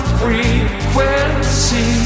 frequency